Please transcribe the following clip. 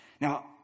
Now